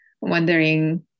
wondering